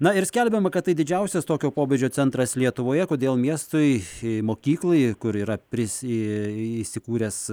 na ir skelbiama kad tai didžiausias tokio pobūdžio centras lietuvoje kodėl miestui mokyklai kur yra pris i įsikūręs